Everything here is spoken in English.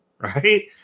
Right